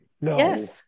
No